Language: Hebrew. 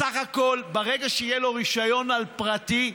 בסך הכול, ברגע שיהיה לו רישיון על פרטי,